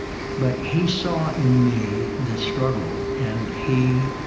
but he saw in me this struggle, and he,